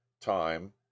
time